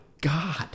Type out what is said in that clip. God